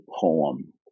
poem